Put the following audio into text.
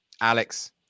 Alex